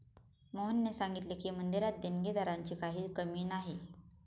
मोहनने सांगितले की, मंदिरात देणगीदारांची काही कमी नाही